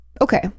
Okay